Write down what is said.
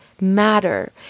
matter